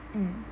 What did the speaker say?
mm